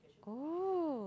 oh